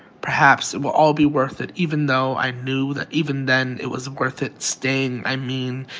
perhaps it will all be worth it, even though i knew that even then it was worth it staying, i mean.